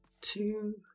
two